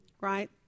right